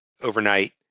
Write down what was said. overnight